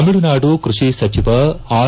ತಮಿಳುನಾಡು ಕೃಷಿ ಸಚಿವ ಆರ್